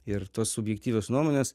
ir tos subjektyvios nuomonės